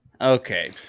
okay